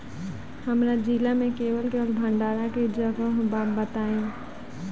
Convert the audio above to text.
हमरा जिला मे कवन कवन भंडारन के जगहबा पता बताईं?